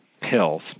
pills